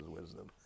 wisdom